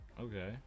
Okay